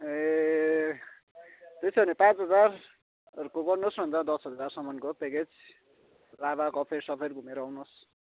ए त्यसो भने पाँच हजारहरूको गर्नुहोस् न अन्त दस हजारसम्मको प्याकेज लाभा कफेरसफेर घुमेर आउनुहोस्